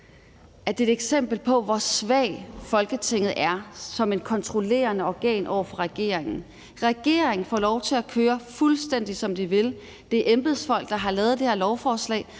det er et eksempel på, hvor svagt Folketinget er som et kontrollerende organ over for regeringen. Regeringen får lov til at køre, fuldstændig som de vil. Det er embedsfolk, der har lavet det her lovforslag,